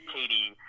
Katie